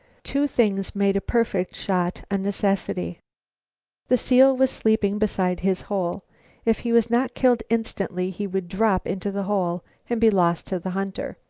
two things made a perfect shot a necessity the seal was sleeping beside his hole if he was not killed instantly he would drop into the hole and be lost to the hunter.